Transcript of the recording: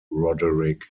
roderick